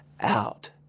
out